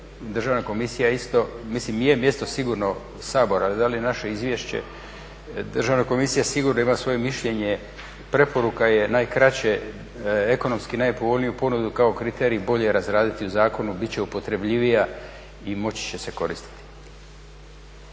isto, mislim je mjesto sigurno Sabora, ali da li je naše izvješće. Državna komisija sigurno ima svoje mišljenje. Preporuka je najkraće ekonomski najpovoljniju ponudu kao kriterij bolje razraditi u zakonu, bit će upotrebljivija i moći će se koristiti.